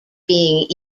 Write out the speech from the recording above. being